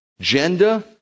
gender